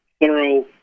thorough